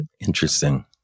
interesting